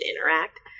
interact